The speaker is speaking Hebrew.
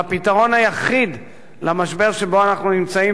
והפתרון היחיד למשבר שבו אנחנו נמצאים